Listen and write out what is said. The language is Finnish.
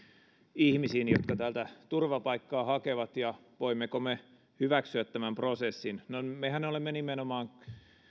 ihmisiin jotka täältä turvapaikkaa hakevat ja voimmeko me hyväksyä tämän prosessin no mehän olemme nimenomaan